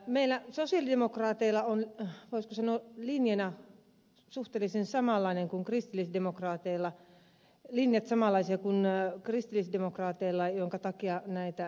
meillä sosialidemokraateilla on voisiko sanoa linjat suhteellisen samanlaiset kuin kristillisdemokraateilla minkä takia näitä ed